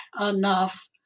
enough